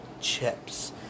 chips